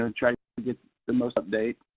and try to get the most updated.